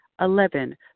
Eleven